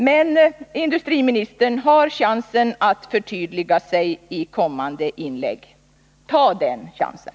Men industriministern har chansen att förtydliga sig i kommande inlägg. Ta den chansen!